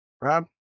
Rob